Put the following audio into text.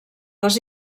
les